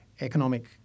economic